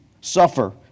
suffer